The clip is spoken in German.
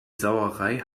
sauerei